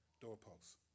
doorposts